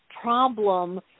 problem